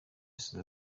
yasize